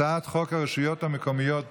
הצעת חוק הרשויות המקומיות (בחירות)